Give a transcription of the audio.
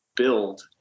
build